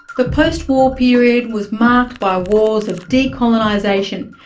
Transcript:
the post-war period was marked by wars of decolonisation,